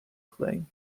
claim